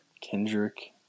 Kendrick